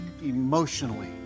emotionally